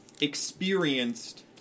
experienced